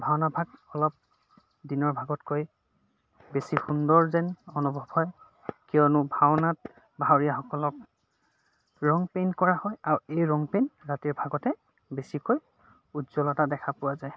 ভাওনা ভাগ অলপ দিনৰ ভাগতকৈ বেছি সুন্দৰ যেন অনুভৱ হয় কিয়নো ভাওনাত ভাৱৰীয়াসকলক ৰং পেইণ্ট কৰা হয় আৰু এই ৰং পেইণ্ট ৰাতিৰ ভাগতে বেছিকৈ উজ্জ্বলতা দেখা পোৱা যায়